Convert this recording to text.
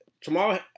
Tomorrow